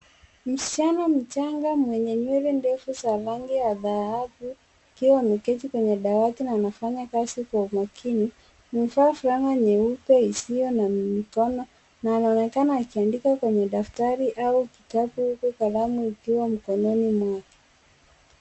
Msichana mchanga mwenye nywele ndefu za rangi ya dhahabu akiwa ameketi kwenye dawati na anafanya kazi kwa umakini, ameva fulana nyeupe isio na mikono na anaonekana akiandika kwenye daftari au kitabu uku kalamu ikiwa mkononi mwake.